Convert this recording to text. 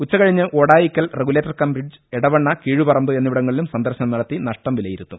ഉച്ചകഴിഞ്ഞ് Odayikkal regulator cum bridge Edavanna Kizhuparamba എന്നിവിടങ്ങളിലും സന്ദർശനം നടത്തി നഷ്ടം വിലയിരുത്തും